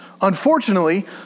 Unfortunately